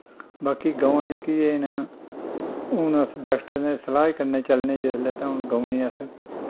बाकी गवां जेह्कियां न हून अस डाक्टरें दी सलाही कन्नै चलने जिसलै तां हून गवें गी अस